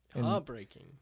heartbreaking